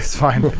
fine